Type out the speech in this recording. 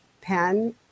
pen